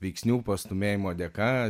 veiksnių pastūmėjimo dėka